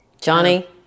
Johnny